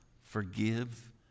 forgive